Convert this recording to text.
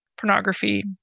pornography